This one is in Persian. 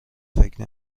فکر